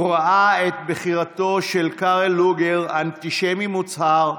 הוא ראה את בחירתו של קארל לואגר, אנטישמי מוצהר,